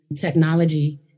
technology